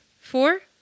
four